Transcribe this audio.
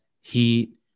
heat